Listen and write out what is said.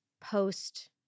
post